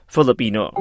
Filipino